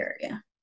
area